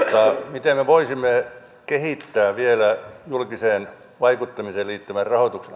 miten me voisimme kehittää vielä julkiseen vaikuttamiseen liittyvän rahoituksen